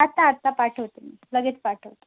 आत्ता आत्ता पाठवते मी लगेच पाठवते